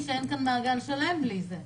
יש מעגל שלם בלי זה.